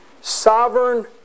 Sovereign